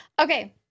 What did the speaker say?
Okay